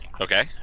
Okay